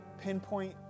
pinpoint